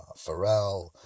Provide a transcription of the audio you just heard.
Pharrell